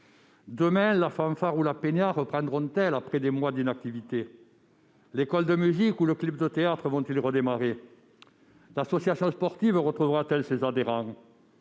Demain, la fanfare ou la reprendront-elles après des mois d'inactivité ? L'école de musique ou le club de théâtre vont-ils redémarrer ? L'association sportive retrouvera-t-elle ses adhérents ?